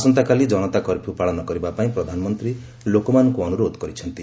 ଆସନ୍ତାକାଲି ଜନତା କର୍ଫ୍ୟ ପାଳନ କରିବା ପାଇଁ ପ୍ରଧାନମନ୍ତ୍ରୀ ଲୋକମାନଙ୍କୁ ଅନୁରୋଧ କରିଛନ୍ତି